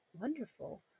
wonderful